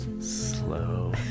slow